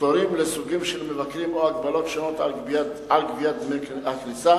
פטורים לסוגים של מבקרים או הגבלות שונות על גביית דמי הכניסה.